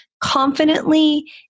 confidently